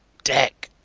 deck.